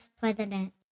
president